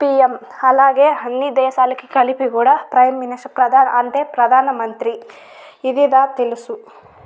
PM అలాగే అన్ని దేశాలకి కలిపి కూడా ప్రైమ్ మినిస్టర్ ప్రధాని అంటే ప్రధానమంత్రి ఇది దా తెలుసు